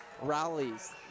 rallies